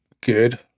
good